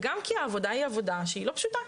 וגם כי העבודה היא עבודה שהיא לא פשוטה,